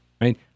right